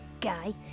guy